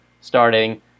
starting